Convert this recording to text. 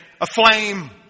aflame